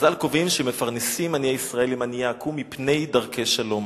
חז"ל קובעים ש"מפרנסים עניי ישראל עם עניי עכו"ם מפני דרכי שלום".